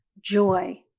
joy